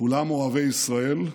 כולם אוהבי ישראל,